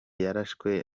yarashwe